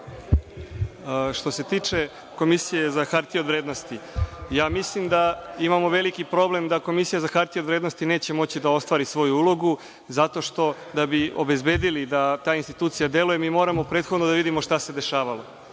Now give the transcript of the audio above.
Što se tiče komisije za hartije od vrednosti, mislim da imamo veliki problem da Komisija za hartije od vrednosti neće moći da ostvari svoju ulogu, zato što da bi obezbedili da ta institucija deluje, moramo prethodno da vidimo šta se dešavalo